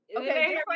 Okay